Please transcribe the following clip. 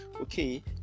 Okay